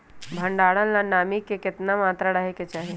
भंडारण ला नामी के केतना मात्रा राहेके चाही?